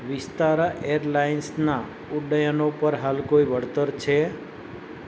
વિસ્તારા એરલાઈન્સનાં ઉડ્ડયનો પર હાલ કોઈ વળતર છે